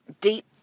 deep